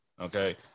Okay